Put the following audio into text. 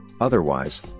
Otherwise